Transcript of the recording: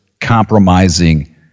compromising